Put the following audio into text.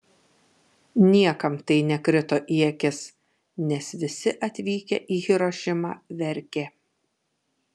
niekam tai nekrito į akis nes visi atvykę į hirošimą verkė